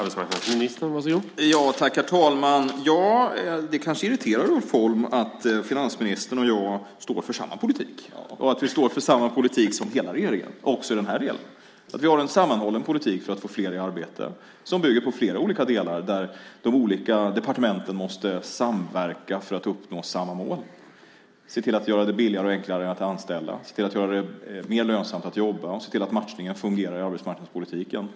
Herr talman! Ja, det kanske irriterar Ulf Holm att finansministern och jag står för samma politik, att vi står för samma politik som hela regeringen - också i de här delarna - och att vi har en sammanhållen politik för att få fler i arbete som bygger på flera olika delar där de olika departementen måste samverka för att uppnå samma mål, till exempel att se till att göra det billigare och enklare att anställa, se till att göra det mer lönsamt att jobba och se till att matchningen fungerar i arbetsmarknadspolitiken.